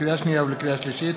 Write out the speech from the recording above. לקריאה שנייה ולקריאה שלישית: